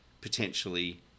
potentially